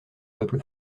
peuple